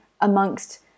amongst